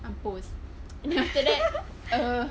mampus and then after that err